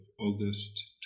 August